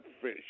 fish